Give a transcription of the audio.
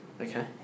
Okay